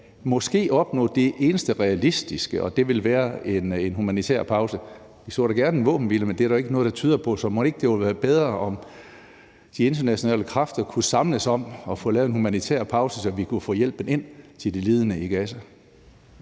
måske kan opnå det eneste realistiske, og det vil være en humanitær pause. Vi så da gerne en våbenhvile, men det er der jo ikke noget der tyder på. Så mon ikke det ville være bedre, om de internationale kræfter kunne samles om at få lavet en humanitær pause, så vi kunne få hjælpen ind til de lidende i Gaza?